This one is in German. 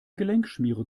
gelenkschmiere